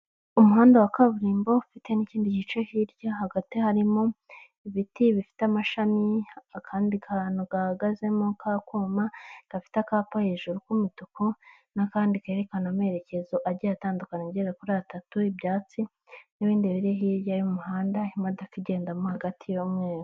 Umuhanda wa kaburimbo ufite n'ikindi gice hirya, hagati harimo ibiti bifite amashami, akandi kantu gahagazemo k'akuma gafite akapa hejuru k'umutuku, n'akandi kerekana amerekezo agiye atandukanye agera kuri atatu, ibyatsi n'ibindi biri hirya y'umuhanda, imodoka igendamo hagati y'umweru.